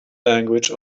language